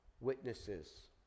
witnesses